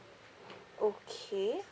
okay